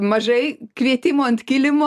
mažai kvietimo ant kilimo